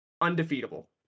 undefeatable